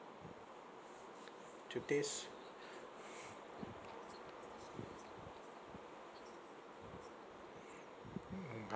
to taste